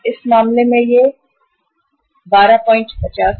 इस मामले में यह 125 रु